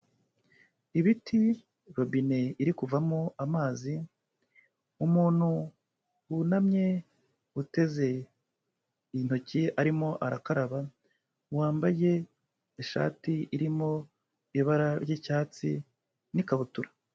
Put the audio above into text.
Ibiti, robine iri kuvamo amazi, umuntu wunamye uteze intoki arimo arakaraba, wambaye ishati irimo ibara ry'icyatsi n'ikabutura.